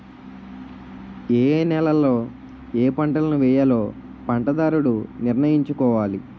ఏయే నేలలలో ఏపంటలను వేయాలో పంటదారుడు నిర్ణయించుకోవాలి